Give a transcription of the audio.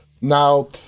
now